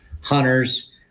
hunters